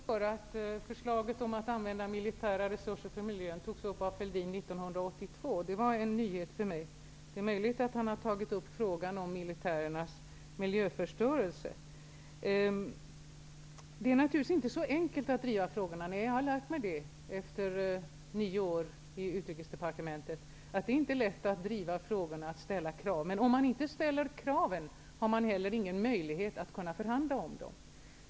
Herr talman! Det var glädjande att höra att förslaget om att använda militära resurser för miljön togs upp av Thorbjörn Fälldin 1982. Det var en nyhet för mig. Det är möjligt att han har tagit upp frågan om militärernas miljöförstöring. Det är naturligtvis inte så enkelt att driva dessa frågor. Nej, jag har efter nio år i Utrikesdepartementet lärt mig att det inte är lätt att driva dessa frågor och att ställa krav. Men om man inte ställer kraven, har man inte heller någon möjlighet att förhandla om dem.